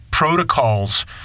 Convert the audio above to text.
protocols